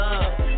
up